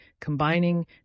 combining